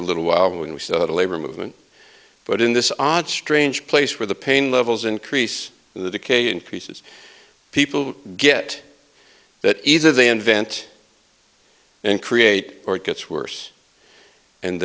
a little while when we saw the labor movement but in this odd strange place where the pain levels increase the decay increases people get that either they invent and create or it gets worse and